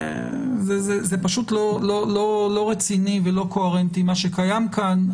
זה פשוט לא רציני ולא קוהרנטי מה שקיים כאן.